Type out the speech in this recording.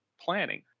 planning